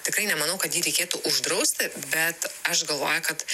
tikrai nemanau kad jį reikėtų uždrausti bet aš galvoju kad